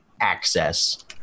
access